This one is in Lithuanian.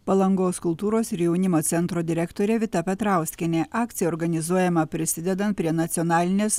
palangos kultūros ir jaunimo centro direktorė vita petrauskienė akcija organizuojama prisidedant prie nacionalinės